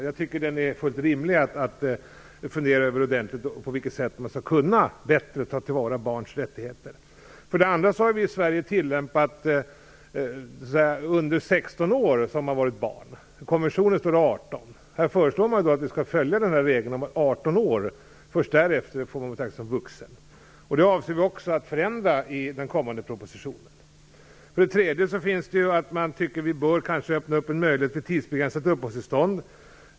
Jag tycker att det är fullständigt rimligt att ordentligt fundera över på vilket sätt man bättre skall kunna ta till vara barns rättigheter. För det andra har vi i Sverige tillämpat regeln att man har varit barn om man varit under 16 år. I konventionen står det 18. Man föreslår att vi skall följa den regeln. Först efter att barnet fyllt 18 år skall det betraktas som vuxet. Vi avser att föreslå en förändring av våra bestämmelser i den kommande propositionen. För det tredje föreslås att vi bör överväga att öppna en möjlighet för tidsbegränsat uppehållstillstånd.